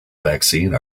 vaccine